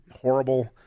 horrible